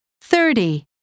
thirty